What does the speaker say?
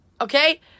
Okay